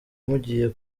mugiye